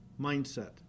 mindset